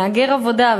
מהגר עבודה,